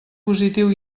positiu